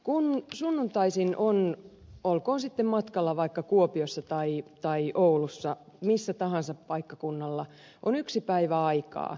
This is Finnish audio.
kun sunnuntaisin on olkoon sitten matkalla vaikka kuopiossa tai oulussa millä tahansa paikkakunnalla on yksi päivä aikaa